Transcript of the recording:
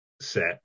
set